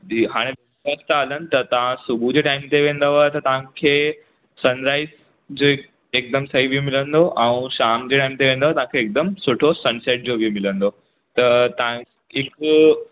जी हाणे फ़स्ट था हलनि त था सुबुह जे टाइम ते वेंदव त तव्हांखे सनराइज़ जो हिकदमि सही व्यू मिलंदो ऐं शाम जे टाइम ते वेंदव त तव्हांखे हिकदमि सुठो सनसेट जो व्यू मिलंदो त तव्हां हिकु